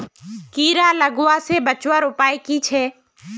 कीड़ा लगवा से बचवार उपाय की छे?